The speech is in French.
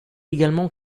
également